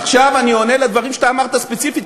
עכשיו אני עונה על הדברים שאתה אמרת ספציפית,